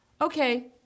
Okay